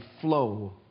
flow